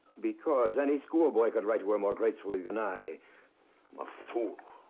because, any schoolboy can write to her more gracefully than i. i'm a fool!